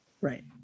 Right